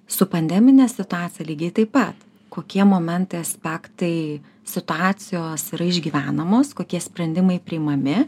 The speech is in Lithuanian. su pandemine situacija lygiai taip pat kokie momentai aspektai situacijos yra išgyvenamos kokie sprendimai priimami